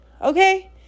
Okay